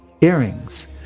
earrings